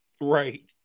Right